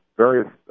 various